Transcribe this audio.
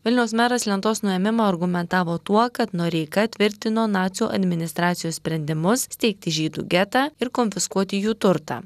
vilniaus meras lentos nuėmimą argumentavo tuo kad noreika tvirtino nacių administracijos sprendimus steigti žydų getą ir konfiskuoti jų turtą